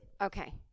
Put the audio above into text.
Okay